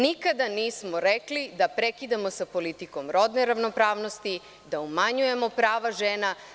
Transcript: Nikada nismo rekli da prekidamo sa politikom rodne ravnopravnosti, da umanjujemo prava žena.